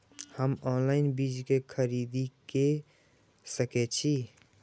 हम ऑनलाइन बीज के खरीदी केर सके छी?